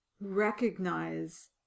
recognize